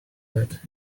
that